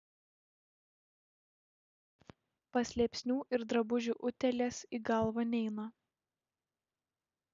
paslėpsnių ir drabužių utėlės į galvą neina